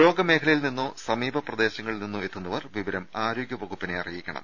രോഗ മേഖലയിൽ നിന്നോ സമീപ പ്രദേശങ്ങളിൽ നിന്നോ എത്തുന്നവർ വിവരം ആരോഗ്യ വകുപ്പിനെ അറിയിക്കണം